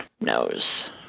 knows